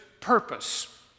purpose